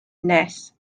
nes